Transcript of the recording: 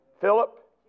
Philip